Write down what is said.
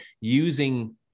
using